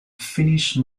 finnish